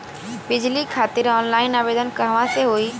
बिजली खातिर ऑनलाइन आवेदन कहवा से होयी?